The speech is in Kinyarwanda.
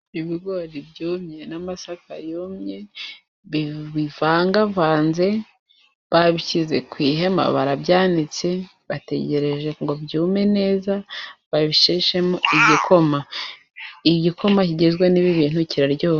Ibigori byumye n'amasaka yumye bivangavanze. Babishyize ku ihema barabyanditse, bategereje ngo byume neza babisheshemo igikoma. Igikoma kigizwe n'ibi bintu kiraryoha.